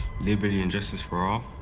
liberty and justice for all?